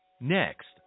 Next